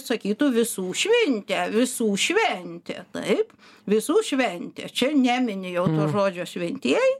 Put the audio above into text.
sakytų visų šventė visų šventė taip visų šventė čia nemini jau to žodžio šventieji